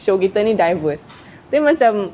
show kita ni diverse then macam